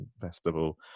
festival